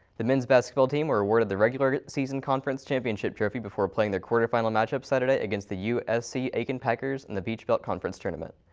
the men's basketball team were awarded the regular season conference championship trophy before playing their quarterfinal matchup saturday against the u s c aiken pacers in the peach belt conference tournament.